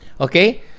Okay